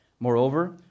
Moreover